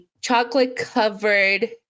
chocolate-covered